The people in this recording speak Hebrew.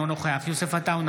אינו נוכח יוסף עטאונה,